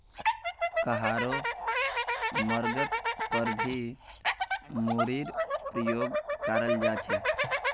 कहारो मर्गत पर भी मूरीर प्रयोग कराल जा छे